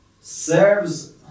serves